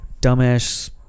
dumbass